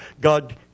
God